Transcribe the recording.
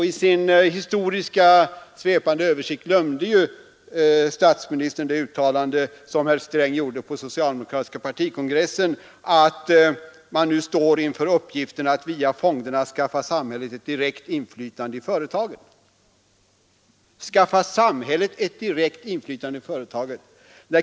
I sin svepande historiska översikt glömde statsministern emellertid det uttalande som herr Sträng gjorde på den socialdemokratiska partikongressen, nämligen att man nu står inför uppgiften att via fonderna skaffa samhället ett direkt inflytande i företagen.